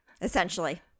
Essentially